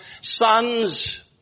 sons